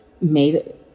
made